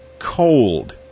cold